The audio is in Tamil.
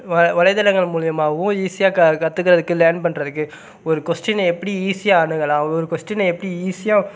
வ வலைதளங்கள் மூலிமாவும் ஈஸியாக க கத்துக்கிறதுக்கு லேர்ன் பண்ணுறதுக்கு ஒரு கொஸ்டினை எப்படி ஈஸியாக அணுகலாம் ஒரு கொஸ்டினை எப்படி ஈஸியாக